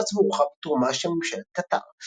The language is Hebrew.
ששופץ והורחב בתרומה של ממשלת קטר.